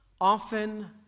often